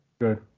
Good